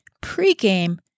Pre-game